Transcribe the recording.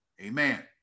Amen